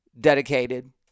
dedicated